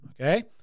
Okay